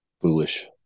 foolish